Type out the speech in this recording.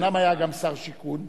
אומנם היה גם שר שיכון,